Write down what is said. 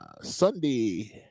Sunday